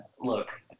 Look